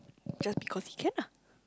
just because he can ah